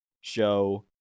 show